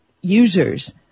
users